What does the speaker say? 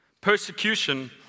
Persecution